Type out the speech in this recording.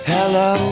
Hello